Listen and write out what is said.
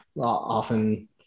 often